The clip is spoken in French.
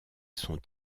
sont